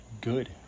good